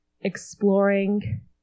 exploring